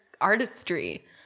artistry